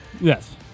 Yes